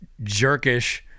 jerkish